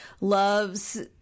loves